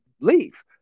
leave